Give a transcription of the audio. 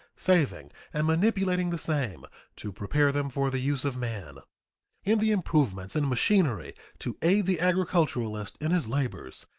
saving, and manipulating the same to prepare them for the use of man in the improvements in machinery to aid the agriculturist in his labors,